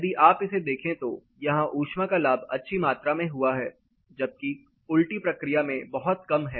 यदि आप इसे देखें तो यहां ऊष्मा का लाभ अच्छी मात्रा में हुआ है जबकि उलटी प्रक्रिया में बहुत कम है